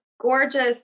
gorgeous